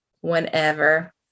whenever